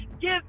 give